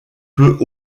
peut